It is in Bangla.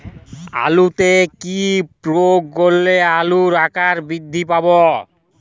আলুতে কি প্রয়োগ করলে আলুর আকার বৃদ্ধি পাবে?